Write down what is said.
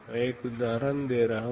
मैं एक उदाहरण दे रहा हूं